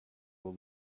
will